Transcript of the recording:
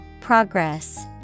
Progress